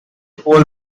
poll